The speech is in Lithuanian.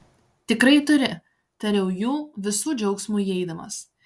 tikrai turi tariau jų visų džiaugsmui įeidamas